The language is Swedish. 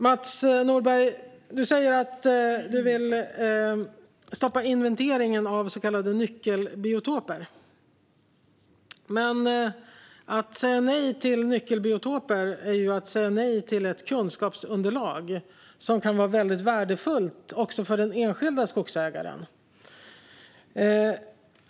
Mats Nordberg, du säger att du vill stoppa inventeringen av så kallade nyckelbiotoper. Att säga nej till nyckelbiotoper är att säga nej till ett kunskapsunderlag som kan vara väldigt värdefullt också för den enskilde skogsägaren.